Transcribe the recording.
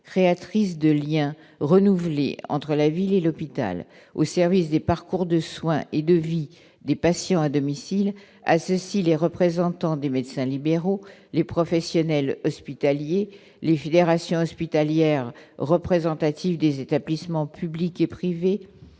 créatrice de lien entre la ville et l'hôpital au service des parcours de soins et de vie des patients à domicile à ceci: les représentants des médecins libéraux, les professionnels hospitaliers : les fédérations hospitalières représentative des établissements publics et privés,